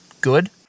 good